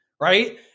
right